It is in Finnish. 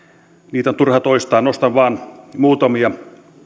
niitä on turha toistaa nostan vain muutamia